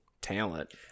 talent